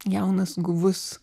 jaunas guvus